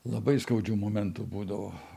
labai skaudžių momentų būdavo